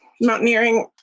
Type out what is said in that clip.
mountaineering